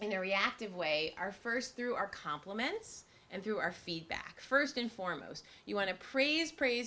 in a reactive way are first through our compliments and through our feedback first and foremost you want to praise praise